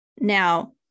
Now